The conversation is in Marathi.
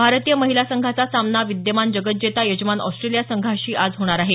भारतीय महिला संघाचा सामना विद्यमान जगज्जेता यजमान ऑस्ट्रेलिया संघाशी आज होणार आहे